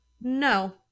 no